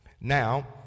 Now